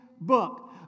book